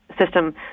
system